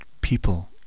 people